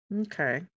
Okay